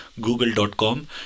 google.com